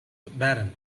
barren